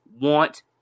want